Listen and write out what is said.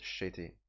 shitty